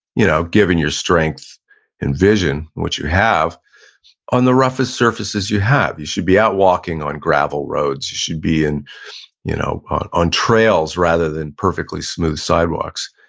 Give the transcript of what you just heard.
you know giving your strength and vision which you have on the roughest surfaces you have. you should be out walking on gravel roads, you should be and you know on on trails rather than perfectly smooth sidewalks,